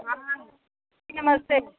हाँ नमस्ते